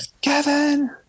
Kevin